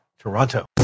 Toronto